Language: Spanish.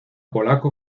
polaco